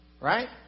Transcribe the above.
Right